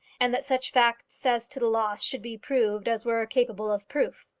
and that such facts as to the loss should be proved as were capable of proof.